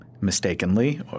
mistakenly